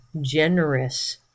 generous